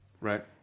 Right